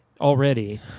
already